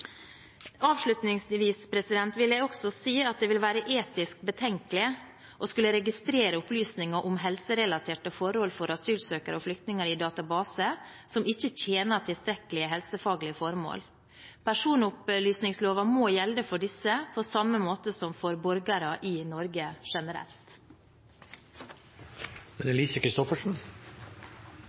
Avslutningsvis vil jeg også si at det ville være etisk betenkelig å skulle registrere opplysninger om helserelaterte forhold for asylsøkere og flyktninger i database som ikke tilstrekkelig tjener helsefaglige formål. Personopplysningsloven må gjelde for disse, på samme måte som for borgere i Norge